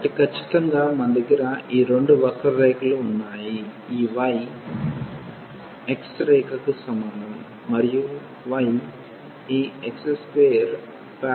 కాబట్టి కచ్చితంగా మన దగ్గర ఈ రెండు వక్ర రేఖలు ఉన్నాయి y ఈ x రేఖకి సమానం మరియు y ఈ x2 పారబోలాకు సమానం